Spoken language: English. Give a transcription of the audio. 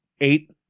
Eight